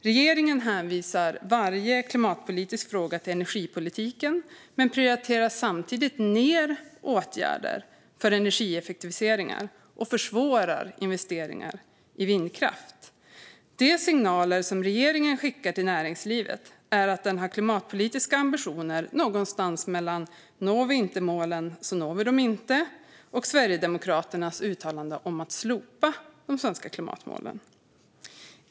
Regeringen hänvisar varje klimatpolitisk fråga till energipolitiken men prioriterar samtidigt ned åtgärder för energieffektiviseringar och försvårar investeringar i vindkraft. De signaler som regeringen skickar till näringslivet är att den har klimatpolitiska ambitioner någonstans mellan "når vi inte målen så når vi dem inte" och Sverigedemokraternas uttalanden om att slopa de svenska klimatmålen.